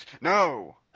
No